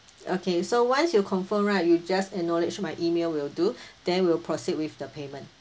okay so once you confirm right you just acknowledge my email will do then we'll proceed with the payment